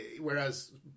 whereas